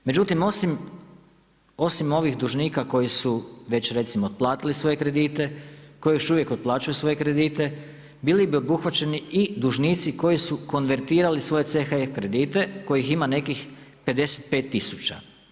Međutim, osim ovih dužnika koji su već recimo otplatili svoje kredite, koji još uvijek otplaćuju svoje kredite bili bi uhvaćeni i dužnici koji su konvertirali svoje CHE kredite, kojih ima nekih 55 tisuća.